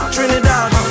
Trinidad